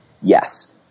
Yes